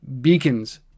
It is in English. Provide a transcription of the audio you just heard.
beacons